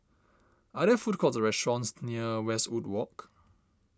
are there food courts or restaurants near Westwood Walk